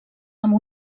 amb